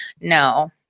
No